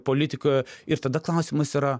politiką ir tada klausimas yra